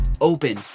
open